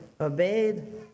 obeyed